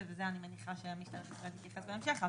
ואני מניחה שמשטרת ישראל תתייחס לזה בהמשך.